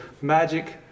magic